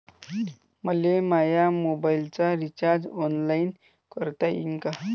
मले माया मोबाईलचा रिचार्ज ऑनलाईन करता येईन का?